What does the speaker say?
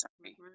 sorry